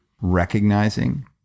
recognizing